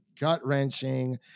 gut-wrenching